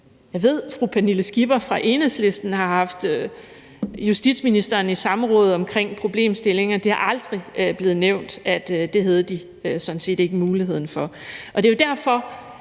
Jeg ved, at fru Pernille Skipper fra Enhedslisten har haft justitsministeren i samråd omkring problemstillingen, og det er aldrig blevet nævnt, at det havde de sådan set ikke muligheden for.